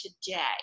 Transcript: today